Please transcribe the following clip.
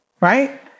right